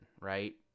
right